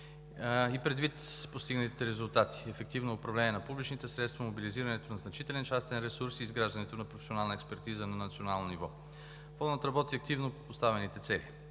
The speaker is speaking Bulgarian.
предвид постигнатите резултати – ефективното управление на публичните средства, мобилизирането на значителен частен ресурс и изграждането на професионална експертиза на национално ниво. Фондът работи активно по поставените цели